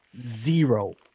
Zero